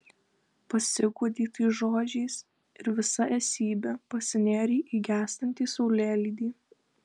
pasiguodei tais žodžiais ir visa esybe pasinėrei į gęstantį saulėlydį